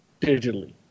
Digitally